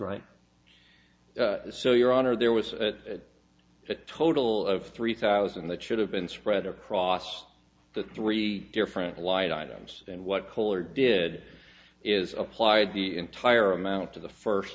right so your honor there was a total of three thousand that should have been spread across the three different light items and what color did is applied the entire amount to the first